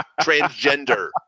Transgender